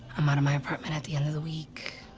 i'm out of my apartment at the end of the week.